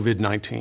COVID-19